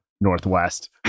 northwest